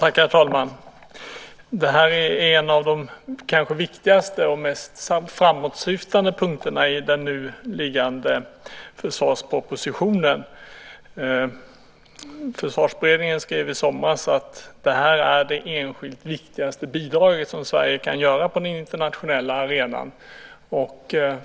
Herr talman! Det här är en av de kanske viktigaste och mest framåtsyftande punkterna i den nu liggande försvarspropositionen. Försvarsberedningen skrev i somras att det är det enskilt viktigaste bidrag som Sverige kan delta med på den internationella arenan.